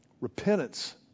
Repentance